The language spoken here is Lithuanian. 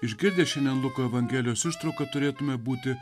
išgirdę šiandien luko evangelijos ištrauką turėtume būti